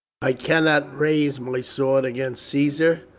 i cannot raise my sword against caesar,